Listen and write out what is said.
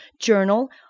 Journal